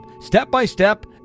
step-by-step